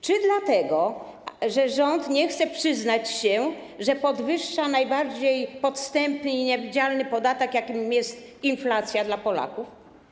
Czy dlatego, że rząd nie chce przyznać się, że podwyższa najbardziej podstępny i niewidzialny podatek, jakim jest inflacja, dla Polaków?